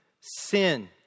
sin